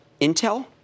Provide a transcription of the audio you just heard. Intel